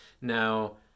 now